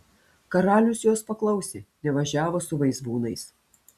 karalius jos paklausė nevažiavo su vaizbūnais